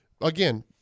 again